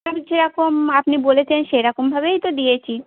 যেরকম আপনি বলেছেন সেরকম ভাবেই তো দিয়েছি